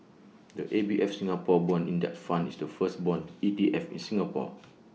the A B F Singapore Bond index fund is the first Bond E T F in Singapore